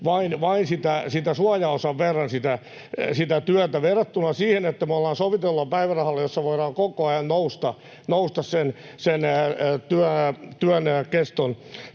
vain sen suojaosan verran sitä työtä verrattuna siihen, että ollaan sovitellulla päivärahalla, jossa voidaan koko ajan nousta sen työn keston